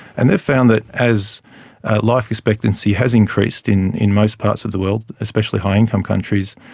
and they've found that as life expectancy has increased in in most parts of the world, especially high income countries,